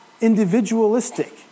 individualistic